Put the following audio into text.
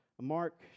Mark